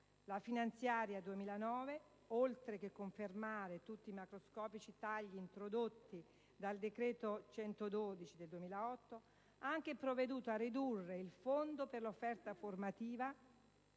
La finanziaria 2009, oltre che confermare tutti i macroscopici tagli introdotti dal decreto-legge n. 112 del 2008, ha anche provveduto a ridurre il fondo per l'offerta formativa